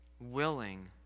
willing